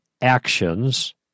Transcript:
actions